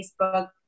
Facebook